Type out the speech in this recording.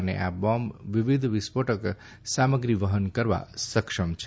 અને આ બોમ્બ વિવિધ વિસ્ફોટક સામગ્રી વહન કરવા સક્ષમ છે